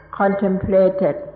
contemplated